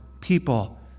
people